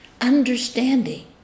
Understanding